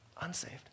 Unsaved